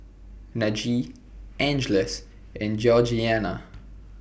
Najee Angeles and Georgianna